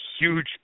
huge